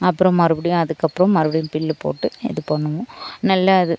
அப்புறம் மறுபடியும் அதுக்கப்புறம் மறுப்படியும் புல்லு போட்டு இது பண்ணுவோம் நல்ல இது